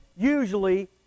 Usually